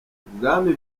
ubwami